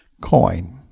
coin